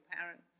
parents